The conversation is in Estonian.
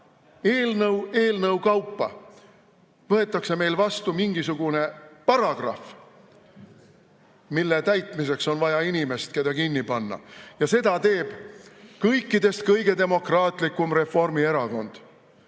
eelnõu kaupa võetakse vastu mingisugune paragrahv, mille täitmiseks on vaja inimest, keda kinni panna. Seda teeb kõikidest kõige demokraatlikum Reformierakond.